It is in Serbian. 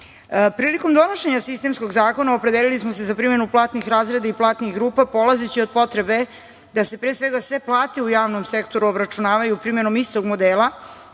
vlasti. Prilikom donošenja sistemskog zakona opredelili smo za primenu platnih razreda i platnih grupa, polazeći od potrebe da se pre svega sve plate u javnom sektoru obračunavaju primenom istog modela